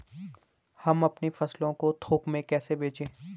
हम अपनी फसल को थोक में कैसे बेचें?